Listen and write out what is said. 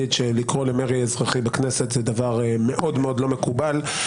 שלקרוא למרי אזרחי בכנסת זה דבר מאוד מאוד לא מקובל.